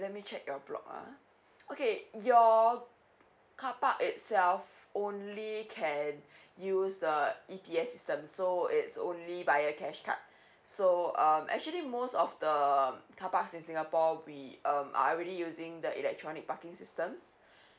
let me check your block ah okay your carpark itself only can use the E_P_S system so it's only via cash card so um actually most of the um carparks in singapore we um are already using the electronic parking systems